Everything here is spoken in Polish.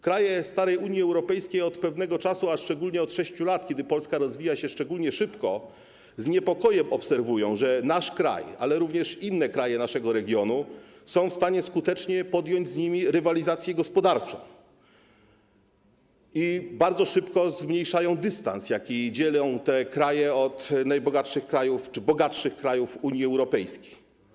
Kraje starej Unii Europejskiej od pewnego czasu, a szczególnie od 6 lat, kiedy Polska rozwija się szczególnie szybko, z niepokojem obserwują, że nasz kraj, ale również inne kraje naszego regionu, są w stanie skutecznie podjąć z nimi rywalizację gospodarczą, i bardzo szybko zmniejszają dystans, jaki dzieli te kraje od najbogatszych krajów czy bogatszych krajów Unii Europejskiej.